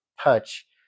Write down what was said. touch